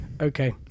Okay